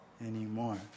anymore